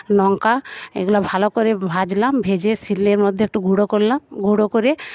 লঙ্কা এগুলো ভালো করে ভাজলাম ভেজে শীলের মধ্যে একটু গুঁড়ো করলাম গুঁড়ো করে